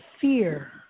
fear